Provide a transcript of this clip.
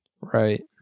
Right